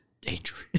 dangerous